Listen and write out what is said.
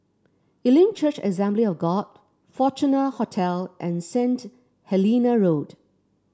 Elim Church Assembly of God Fortuna Hotel and Saint Helena Road